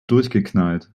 durchgeknallt